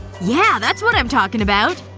yeah, that's what i'm talking about!